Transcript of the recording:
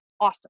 awesome